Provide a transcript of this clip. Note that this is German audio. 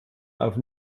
auf